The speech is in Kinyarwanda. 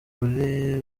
turi